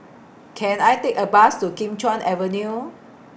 Can I Take A Bus to Kim Chuan Avenue